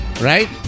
right